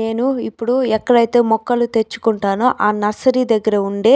నేను ఇప్పుడు ఎక్కడైతే మొక్కలు తెచ్చుకుంటానో ఆ నర్సరీ దగ్గర ఉండే